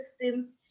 systems